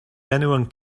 anyone